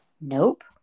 Nope